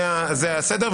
זה הסדר.